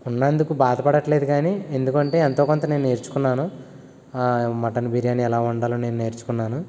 ఉన్నందుకు బాధపడట్లేదు గానీ ఎందుకు అంటే ఎంతో కొంత నేను నేర్చుకున్నాను మటన్ బిర్యానీ ఎలా వండాలో నేను నేర్చుకున్నాను